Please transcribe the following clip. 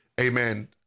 amen